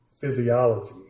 physiology